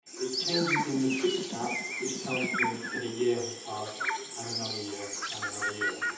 it's changes in the tree sap which tells them that a year has passed and another year and another year.